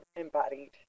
embodied